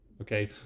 Okay